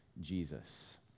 Jesus